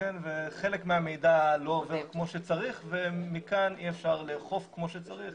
וחלק מהמידע לא עובר כמו שצריך ומכאן אי אפשר לאכוף כמו שצריך